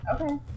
Okay